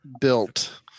built